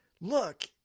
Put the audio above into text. Look